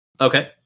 Okay